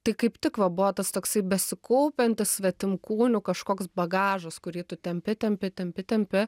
tai kaip tik va buvo tas toksai besikaupiantis svetimkūnių kažkoks bagažas kurį tu tempi tempi tempi tempi